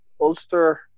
Ulster